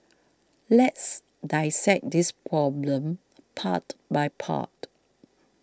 let's dissect this problem part by part